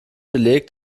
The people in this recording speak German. belegt